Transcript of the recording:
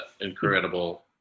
incredible –